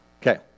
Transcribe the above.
Okay